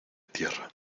tierra